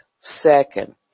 second